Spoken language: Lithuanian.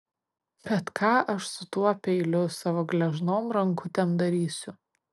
bet ką aš su tuo peiliu savo gležnom rankutėm darysiu